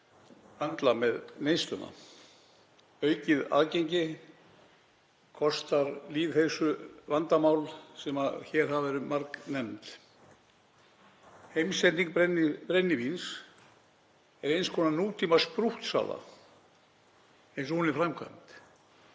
höndla neysluna. Aukið aðgengi kostar lýðheilsuvandamál sem hér hafa verið margnefnd. Heimsending brennivíns er eins konar nútímasprúttsala eins og hún er framkvæmd.